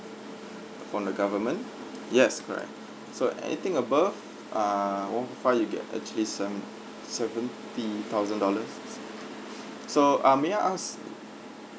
from the government yes correct so anything above ah one point five you get actually seven~ seventy thousand dollars s~ so ah may I ask